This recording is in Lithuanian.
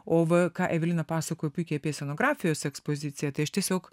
o va ką evelina pasakojo puikiai apie scenografijos ekspoziciją tai aš tiesiog